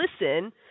listen